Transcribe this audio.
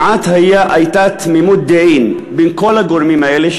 והייתה כמעט תמימות דעים בקרב כל הגורמים האלה,